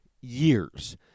years